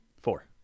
Four